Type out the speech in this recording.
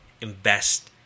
invest